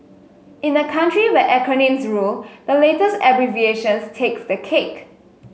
in a country where acronyms rule the latest abbreviation takes the cake